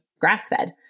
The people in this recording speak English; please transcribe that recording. grass-fed